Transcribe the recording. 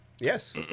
Yes